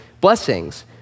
blessings